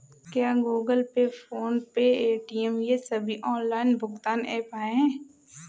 क्या Google pay PhonePe Paytm ये सभी ऑनलाइन भुगतान ऐप हैं?